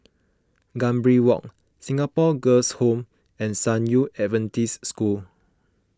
Gambir Walk Singapore Girls' Home and San Yu Adventist School